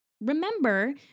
remember